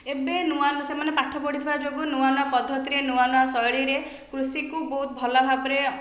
ଏବେ ନୂଆ ସେମାନେ ପାଠ ପଢ଼ିଥିବା ଯୋଗୁଁ ନୂଆ ନୂଆ ପଦ୍ଧତିରେ ନୂଆ ନୂଆ ଶୈଳୀରେ କୃଷିକୁ ବହୁତ ଭଲ ଭାବରେ